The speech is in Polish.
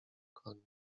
koniu